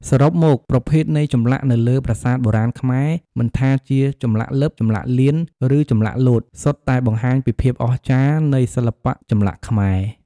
សរុបមក ប្រភេទនៃចម្លាក់នៅលើប្រាសាទបុរាណខ្មែរ មិនថាជាចម្លាក់លិប ចម្លាក់លៀន ឬចម្លាក់លោត សុទ្ធតែបង្ហាញពីភាពអស្ចារ្យនៃសិល្បៈចម្លាក់ខ្មែរ។